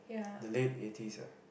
the late eighties ah